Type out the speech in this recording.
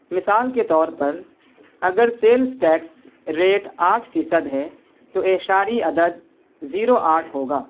مثال کے طور پر اگر سیلس ٹیکس ریٹ آٹھ فیصد ہے تو اعشاری عدد زیرو آٹھ ہوگا